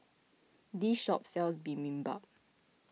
this shop sells Bibimbap